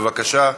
בבקשה.